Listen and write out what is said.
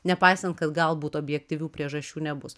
nepaisant kad galbūt objektyvių priežasčių nebus